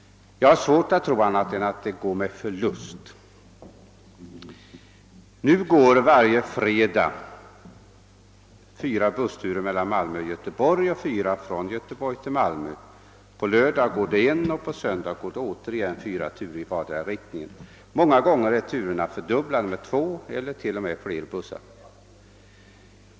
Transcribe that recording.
Jag har svårt att tro att den går med annat än förlust. Nu går varje fredag fyra bussturer mellan Malmö och Göteborg och fyra från Göteborg till Malmö. På lördagen går det en buss, och på söndagen går det åter fyra bussar i vardera riktningen. Många gånger är turerna dubblerade med två eller t.o.m. flera bussar.